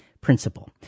principle